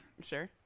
Sure